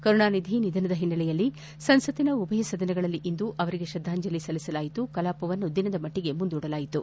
ಕರುಣಾನಿಧಿ ನಿಧನದ ಹಿನ್ನೆಲೆಯಲ್ಲಿ ಸಂಸತ್ತಿನ ಉಭಯ ಸದನಗಳಲ್ಲಿ ಇಂದು ಅವರಿಗೆ ತ್ರದ್ದಾಂಜಲಿ ಸಲ್ಲಿಸಿ ಕಲಾಪವನ್ನು ದಿನದ ಮಟ್ಟಗೆ ಮುಂದೂಡಲಾಯಿತು